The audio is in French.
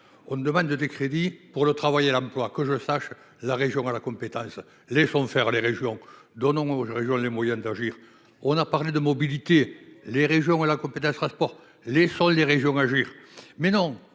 ne demande des crédits pour le travail et l'emploi, que je sache, la région a la compétence, les font faire les régions donnant aux régions les moyens d'agir, on a parlé de mobilité, les régions, la compétence transport les les régions agir mais non